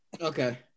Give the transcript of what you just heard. Okay